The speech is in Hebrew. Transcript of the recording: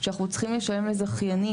שאנחנו צריכים לשלפם לזכיינים,